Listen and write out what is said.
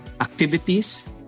activities